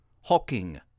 hawking